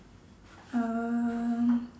um